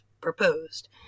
proposed